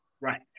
Right